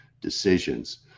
decisions